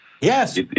Yes